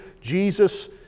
Jesus